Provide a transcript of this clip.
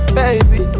baby